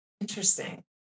Interesting